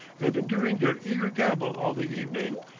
and enduring their eager gabble all the evening,